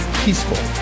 peaceful